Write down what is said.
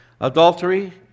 Adultery